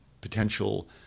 potential